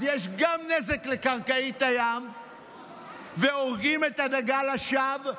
אז יש גם נזק לקרקעית הים והורגים את הדגה לשווא,